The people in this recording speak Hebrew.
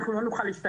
הם לא יוכלו לחלק.